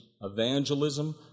evangelism